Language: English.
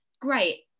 great